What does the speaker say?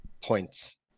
points